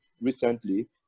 recently